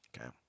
Okay